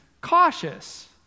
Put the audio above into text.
cautious